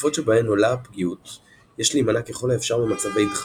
בתקופות שבהן עולה הפגיעות יש להימנע ככל האפשר ממצבי דחק,